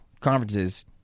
conferences